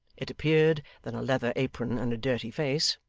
it appeared, than a leather apron and a dirty face.